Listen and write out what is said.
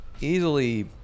easily